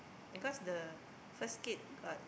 because the first kid got